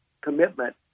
commitment